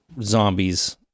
zombies